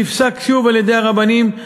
נפסק שוב על-ידי הרבנים,